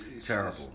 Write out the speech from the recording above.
Terrible